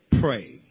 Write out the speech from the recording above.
Pray